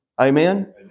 Amen